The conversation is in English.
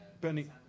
Bernie